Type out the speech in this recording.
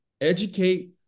Educate